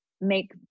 make